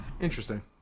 Interesting